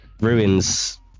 ruins